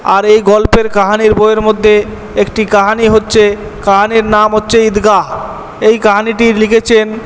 আর এই গল্পের কাহিনীর বইয়ের মধ্যে একটি কাহিনী হচ্ছে কাহিনীর নাম হচ্ছে ঈদগাহ্ এই কাহিনীটি লিখেছেন